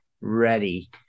ready